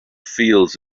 fields